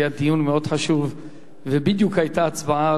היה דיון מאוד חשוב ובדיוק היתה הצבעה.